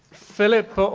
philip ah